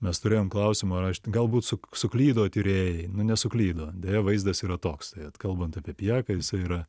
mes turėjom klausimą ar aš galbūt su suklydo tyrėjai nu nesuklydo deja vaizdas yra toks tai vat kalbant apie pijaką jisai yra